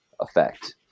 effect